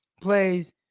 plays